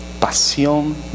pasión